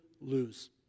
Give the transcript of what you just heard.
lose